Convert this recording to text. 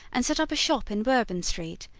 and set up a shop in bourbon street,